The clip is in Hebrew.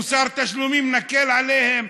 מוסר תשלומים, נקל עליהם,